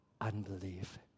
unbelief